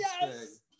Yes